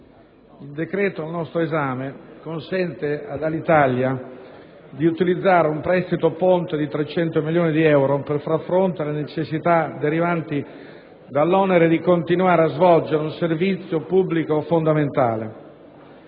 il decreto-legge al nostro esame consente alla società Alitalia di utilizzare un prestito ponte di 300 milioni di euro per far fronte alle necessità derivanti dall'onere di continuare a svolgere un servizio pubblico fondamentale.